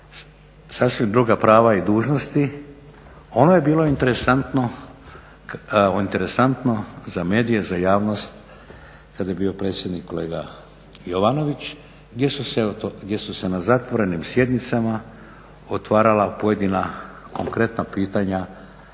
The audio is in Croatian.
sasvim druga prava i dužnosti. Ono je bilo interesantno za medije, za javnost kad je bio predsjednik kolega Jovanović gdje su se na zatvorenim sjednicama otvarala pojedina konkretna pitanja